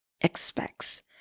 expects